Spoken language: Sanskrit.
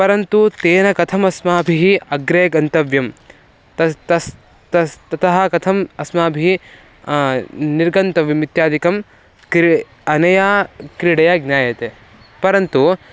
परन्तु तेन कथम् अस्माभिः अग्रे गन्तव्यं तत् तत् तत् ततः कथम् अस्माभिः निर्गन्तव्यम् इत्यादिकं क्री अनया क्रीडया ज्ञायते परन्तु